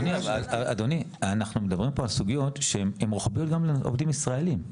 אדוני אנחנו מדברים פה על סוגיות שהן רוחביות גם לעובדים ישראלים,